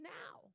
now